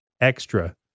extra